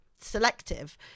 selective